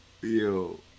Yo